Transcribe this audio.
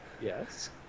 Yes